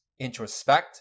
introspect